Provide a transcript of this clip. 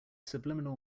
subliminal